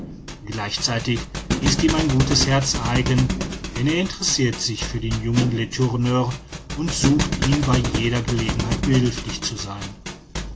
gleichzeitig ist ihm ein gutes herz eigen denn er interessirt sich für den jungen letourneur und sucht ihm bei jeder gelegenheit behilflich zu sein